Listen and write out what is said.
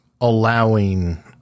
allowing